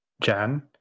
jan